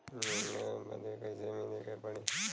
Loan लेवे बदी कैसे मिले के पड़ी?